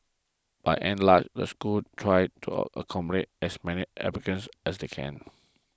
by and large the schools try to accommodate as many applicants as they can